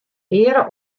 eare